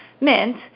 Mint